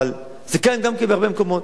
אבל זה קיים בהרבה מקומות.